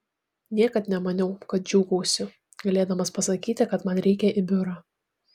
niekad nemaniau kad džiūgausiu galėdamas pasakyti kad man reikia į biurą